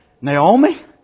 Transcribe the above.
Naomi